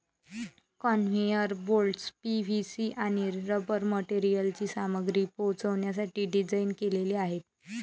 conveyor belts PVC आणि rubber मटेरियलची सामग्री पोहोचवण्यासाठी डिझाइन केलेले आहेत